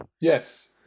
yes